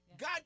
God